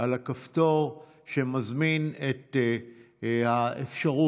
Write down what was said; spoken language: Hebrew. על הכפתור שמזמין את האפשרות,